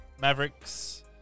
Mavericks